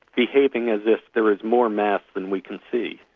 behaving as if there was more mass than we can see.